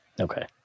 Okay